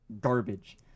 garbage